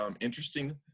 interesting